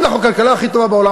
אם אנחנו הכלכלה הכי טובה בעולם,